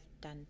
done